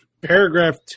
Paragraph